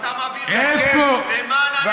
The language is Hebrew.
איזו אנושיות יש במקום הזה שאתה מביא חוק למען הנכים